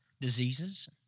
diseases